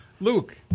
Luke